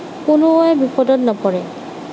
কোনোৱে বিপদত নপৰে